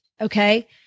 okay